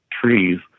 trees